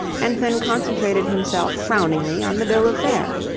and then concentrated himself frowningly on the bill of fare.